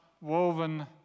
woven